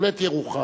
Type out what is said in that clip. בהחלט ירוחם.